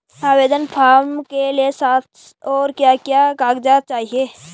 आवेदन फार्म के साथ और क्या क्या कागज़ात चाहिए?